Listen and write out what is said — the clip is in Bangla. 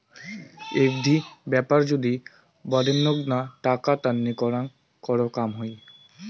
এফ.ডি ব্যাপার যদি বাডেনগ্না টাকা তান্নি করাং কর কম হই